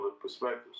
perspectives